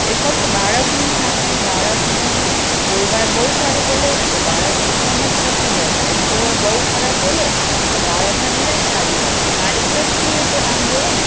એ ફક્ત બાળકની સામે બાળકનું કોઈવાર બહુ સારું બોલે તો બાળક એકદમ જ છકી જાય છે અને કોઈવાર બહુ ખરાબ બોલે તો બાળકને નિરાશા આવી જાય છે મારી દૃષ્ટિએ તો આમ જુઓ ને